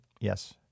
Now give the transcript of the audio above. Yes